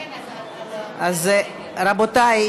רבותיי,